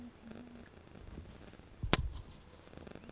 করসটাশিয়াল চাষ অলেক সাফল্যের সাথে এখল ভারতে ক্যরা হ্যয়